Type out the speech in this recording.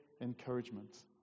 encouragement